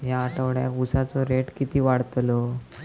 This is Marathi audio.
या आठवड्याक उसाचो रेट किती वाढतलो?